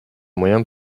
moyen